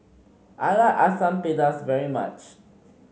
I like Asam Pedas very much